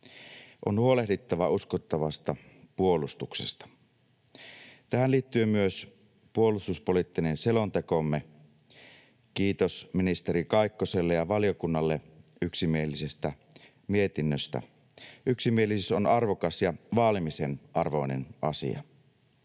On huolehdittava uskottavasta puolustuksesta. Tähän liittyy myös puolustuspoliittinen selontekomme. Kiitos ministeri Kaikkoselle ja valiokunnalle yksimielisestä mietinnöstä. Yksimielisyys on arvokas ja vaalimisen arvoinen asia.